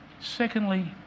Secondly